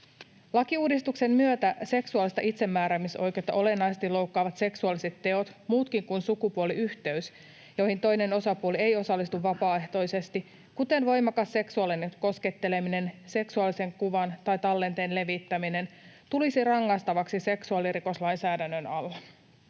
Lakiuudistuksen myötä seksuaalista itsemääräämisoikeutta olennaisesti loukkaavat seksuaaliset teot — muutkin kun sukupuoliyhteys, joihin toinen osapuoli ei osallistu vapaaehtoisesti, kuten voimakas seksuaalinen kosketteleminen, seksuaalisen kuvan tai tallenteen levittäminen — tulisivat rangaistaviksi seksuaalirikoslainsäädännön alla.